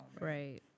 Right